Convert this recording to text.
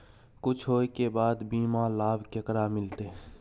कुछ होय के बाद बीमा लाभ केकरा मिलते?